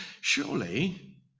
Surely